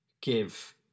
give